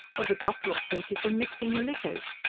or the doctor'll think you've been mixing your liquors.